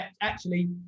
Actually-